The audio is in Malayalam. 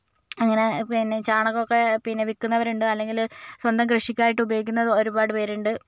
അങ്ങനെ പിന്നെ ചാണകം ഒക്കെ പിന്നെ വിൽക്കുന്നവരുണ്ട് അല്ലെങ്കിൽ സ്വന്തം കൃഷിക്കായിട്ടുപയോഗിക്കുന്ന ഒരുപാട് പേരുണ്ട്